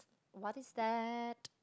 what is that